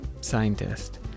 scientist